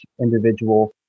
individual